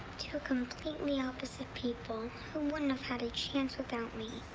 two completely opposite people, who wouldn't have had a chance without me,